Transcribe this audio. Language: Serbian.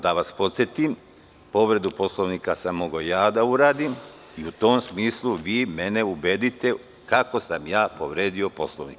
Da vas podsetim, povredu Poslovnika sam mogao ja da uradim i u tom smislu vi mene ubedite kako sam ja povredio Poslovnik.